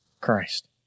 Christ